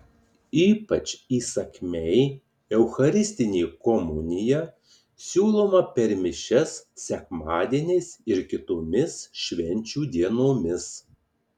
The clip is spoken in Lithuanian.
ypač įsakmiai eucharistinė komunija siūloma per mišias sekmadieniais ir kitomis švenčių dienomis